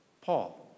Paul